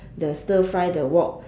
the stir fry the wok